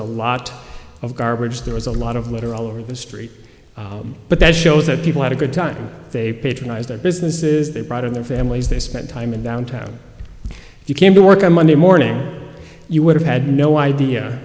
a lot of garbage there was a lot of litter all over the street but that shows that people had a good time they patronize their businesses they brought in their families they spent time in downtown if you came to work on monday morning you would have had no idea